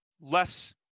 less